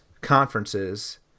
conferences